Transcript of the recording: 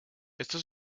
esta